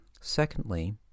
Secondly